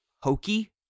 hokey